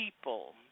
people